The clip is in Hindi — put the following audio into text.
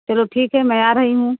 चलो ठीक है मैं आ रही हूँ